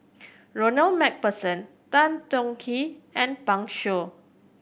Ronald Macpherson Tan Tong Hye and Pan Shou